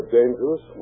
dangerous